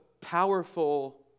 powerful